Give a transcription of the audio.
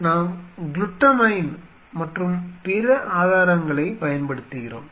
நாம் குளுட்டமைன் மற்றும் பிற ஆதாரங்களைப் பயன்படுத்துகிறோம்